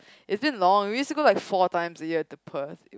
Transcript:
is it long we used to go like four times a year at the Perth